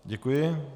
Děkuji.